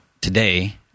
today